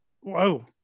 whoa